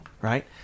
right